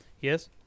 Yes